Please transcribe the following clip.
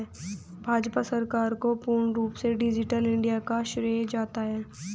भाजपा सरकार को पूर्ण रूप से डिजिटल इन्डिया का श्रेय जाता है